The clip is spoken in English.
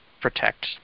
protect